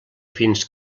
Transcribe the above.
fins